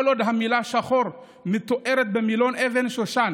כל עוד המילה "שחור" במילון אבן-שושן